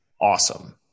awesome